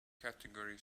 category